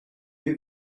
you